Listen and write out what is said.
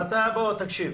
תקשיב,